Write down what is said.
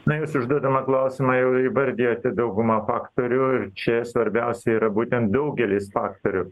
na jūsų užduodama klausimą jau įvardijote daugumą faktorių ir čia svarbiausia yra būtent daugelis faktorių